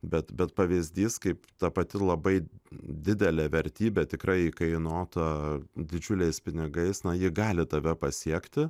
bet bet pavyzdys kaip ta pati labai didelė vertybė tikrai įkainota didžiuliais pinigais na ji gali tave pasiekti